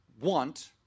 want